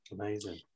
Amazing